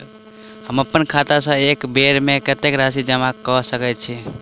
हम अप्पन खाता सँ एक बेर मे कत्तेक राशि जमा कऽ सकैत छी?